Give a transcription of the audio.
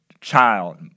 child